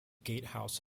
gatehouse